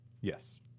Yes